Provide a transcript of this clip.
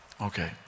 Okay